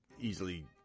easily